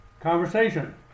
conversation